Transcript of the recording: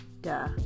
Duh